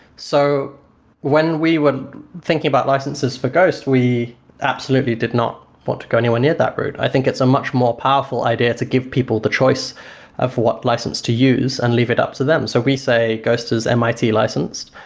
so when we were thinking about licenses for ghost, we absolutely did not want to go anywhere near that route. i think it's a much more powerful idea to give people the choice of what license to use and leave it up to them. so we say ghost is mit licensed.